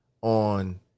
on